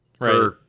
right